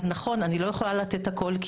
אז נכון, אני לא יכולה לתת הכל.